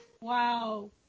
Wow